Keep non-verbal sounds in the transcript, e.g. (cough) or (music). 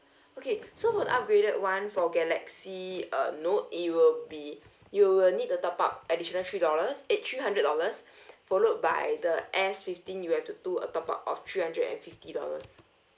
(breath) okay so for the upgraded one for galaxy uh note it will be you will need to top up additional three dollars eh three hundred dollars (breath) followed by the S fifteen you have to do a top up of three hundred and fifty dollars